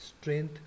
strength